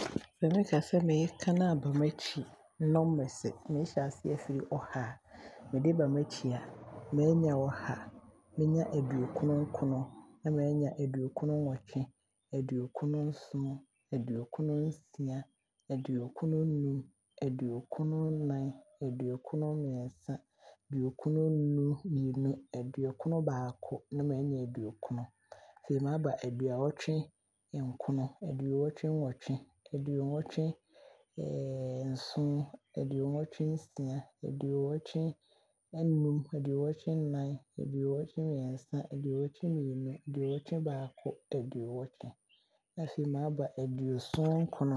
Sɛ mekasɛ meekane aaba m'akyi nɔmase, meehyɛ aseɛ aafiri ɔha a, mede ɛɛba m'akyi a mɛnya ɔha, mɛnya aduokron-nkron, na maanya aduokron -nnwɔtwe, aduokron -nson, aduokron -nsia, aduokron -num, aduokron-nnan, aduokron-mmiɛnsa, aduokron-mmienu, aduokron-baako na maanya aduokron. Na maaba aduonnwɔtwe-nkron, aduonnwɔtwe-nnwɔtwe, aduonnwɔtwe-nson, aduonnwɔtwe-nsia, aduonnwɔtwe-num, aduonnwɔtwe-nnan, aduonnwɔtwe-mmiɛnsa, aduonnwɔtwe-mmienu, aduonnwɔtwe-baako, aduonnwɔtwe. Na afei maaba aduoson-nkron,